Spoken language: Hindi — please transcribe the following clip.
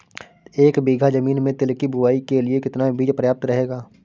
एक बीघा ज़मीन में तिल की बुआई के लिए कितना बीज प्रयाप्त रहेगा?